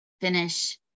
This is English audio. finish